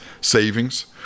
savings